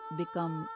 become